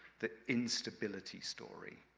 the instability story.